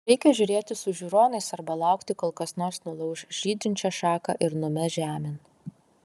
reikia žiūrėti su žiūronais arba laukti kol kas nors nulauš žydinčią šaką ir numes žemėn